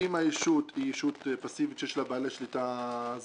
ואם הישות היא ישות פסיבית שיש לה בעלי שליטה זרים,